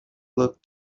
looked